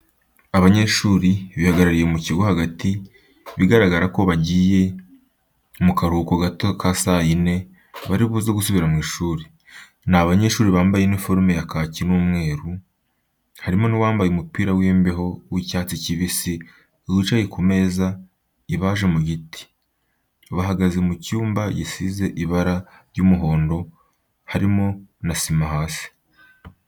Abanyeshuri bihagarariye mu kigo hagati bigaragara ko bagiye mu karuhuko gato ka saa yine bari buze gusubira mu ishuri. Ni abanyeshuri bambaye iniforume ya kaki n'umweru, harimo n'uwambaye umupira w'imbeho w'icyatsi kibisi wicaye ku meza ibaje mu giti bahagaze mu cyumba gisize ibara ry'umuhondo harimo na sima hasi.